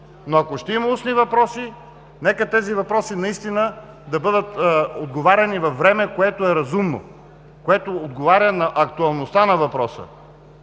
Ако ще има устни въпроси, нека те да бъдат отговаряни във време, което е разумно, което отговаря на актуалността на въпроса,